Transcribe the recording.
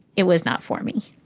it was not for me.